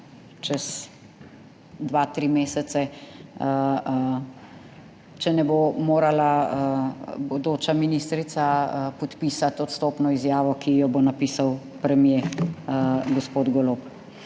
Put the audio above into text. čez 2, 3 mesece, če ne bo morala bodoča ministrica podpisati odstopno izjavo, ki jo bo napisal premier, gospod Golob.